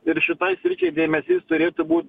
ir šitai sričiai dėmesys turėtų būt